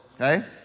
Okay